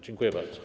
Dziękuję bardzo.